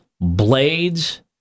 blades